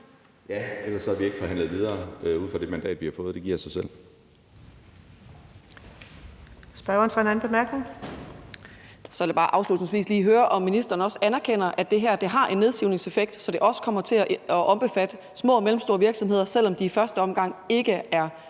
Ja, ellers havde vi ikke forhandlet videre ud fra det mandat, vi har fået. Det giver sig selv.